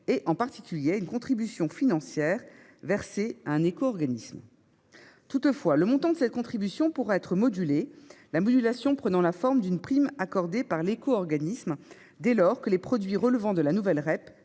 et, en particulier, à une contribution financière versée à un éco-organisme. Toutefois, le montant de cette contribution pourra être modulé, la modulation prenant la forme d'une prime accordée par l'éco-organisme, dès lors que les produits relevant de la nouvelle REP